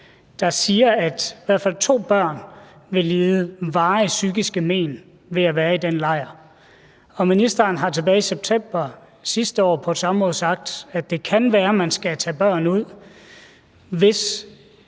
der siger, at de to børn vil få varige psykiske men ved at være i den lejr. Ministeren har tilbage i september sidste år på et samråd sagt, at det kan være, at man skal tage børn ud, hvis